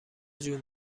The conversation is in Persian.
جون